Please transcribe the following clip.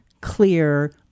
clear